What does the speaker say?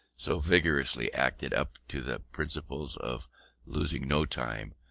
so vigorously acted up to the principle of losing no time,